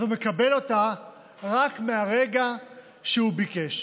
אז הוא מקבל אותה רק מהרגע שהוא ביקש.